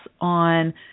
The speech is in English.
on